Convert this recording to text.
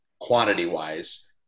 quantity-wise